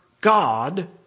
God